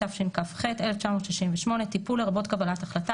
התשכ"ח 1968‏; "טיפול" לרבות קבלת החלטה,